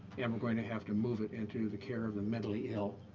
and we're going to have to move it into the care of the mentally ill.